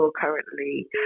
currently